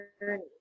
journey